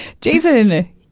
Jason